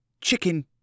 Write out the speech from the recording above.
Chicken